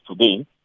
today